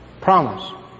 promise